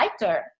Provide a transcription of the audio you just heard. lighter